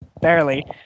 barely